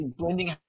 blending